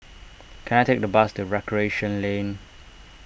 can I take a bus to Recreation Lane